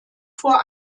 vor